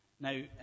Now